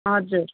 हजुर